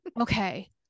Okay